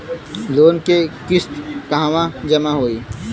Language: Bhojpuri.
लोन के किस्त कहवा जामा होयी?